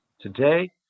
Today